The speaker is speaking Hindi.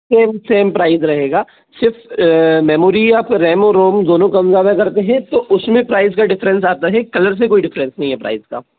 सेम सेम प्राइस रहेगा सिर्फ मेमोरी या फिर रोम कम ज़्यादा करते हैं तो उसमे प्राइस का डिफरेंस आता है कलर से कोई डिफरेंस नहीं है प्राइस का